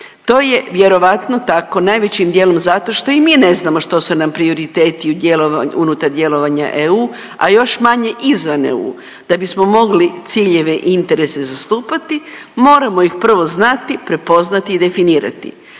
To je vjerojatno tako najvećim dijelom zato što i mi ne znamo što su nam prioriteti unutar djelovanja EU, a još manje izvan EU. Da bismo mogli ciljeve i interese zastupati moramo ih prvo znati prepoznati i definirati.